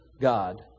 God